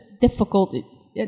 difficult